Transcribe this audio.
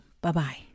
Bye-bye